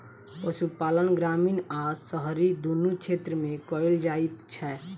पशुपालन ग्रामीण आ शहरी दुनू क्षेत्र मे कयल जाइत छै